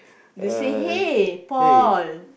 they say hey Paul